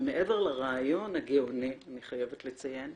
מעבר לרעיון הגאוני, אני חייבת לציין,